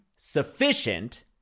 Sufficient